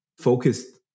focused